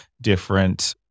different